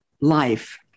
life